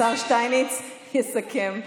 השר שטייניץ יסכם,